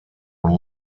were